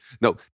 no